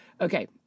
Okay